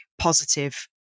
positive